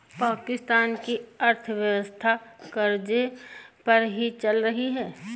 पाकिस्तान की अर्थव्यवस्था कर्ज़े पर ही चल रही है